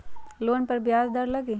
Loan पर ब्याज दर लगी?